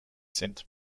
sind